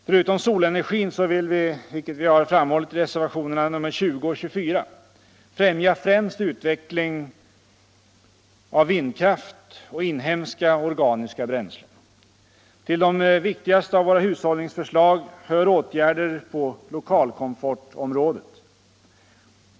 Förutom solenergin vill vi, vilket vi har framhållit i reservationerna 20 och 24 i samma betänkande, främja främst utveckling av vindkraft och inhemska organiska bränslen. Till de viktigaste av våra hushållningsförslag hör åtgärder på lokalkomfortområdet.